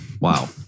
wow